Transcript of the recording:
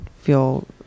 feel